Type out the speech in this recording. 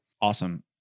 Awesome